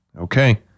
okay